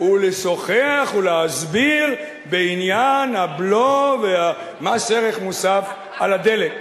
ולשוחח ולהסביר בעניין הבלו ומס ערך מוסף על הדלק.